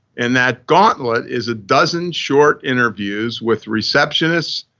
and that gauntlet is a dozen short interviews with receptionists,